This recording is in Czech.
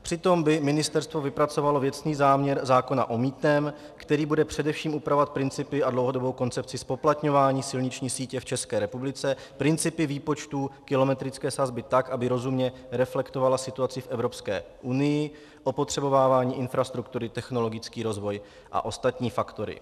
Přitom by Ministerstvo vypracovalo věcný záměr zákona o mýtném, který bude především upravovat principy a dlouhodobou koncepci zpoplatňování silniční sítě v České republice, principy výpočtu kilometrické sazby tak, aby rozumně reflektovala situaci v Evropské unii, opotřebovávání infrastruktury, technologický rozvoj a ostatní faktory.